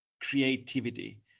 creativity